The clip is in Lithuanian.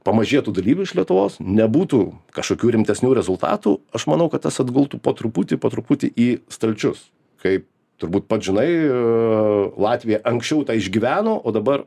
pamažėtų dalyvių iš lietuvos nebūtų kažkokių rimtesnių rezultatų aš manau kad tas atgultų po truputį po truputį į stalčius kaip turbūt pats žinai ir latvija anksčiau išgyveno o dabar